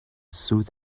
through